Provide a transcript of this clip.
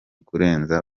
kurenza